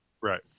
right